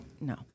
no